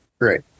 Great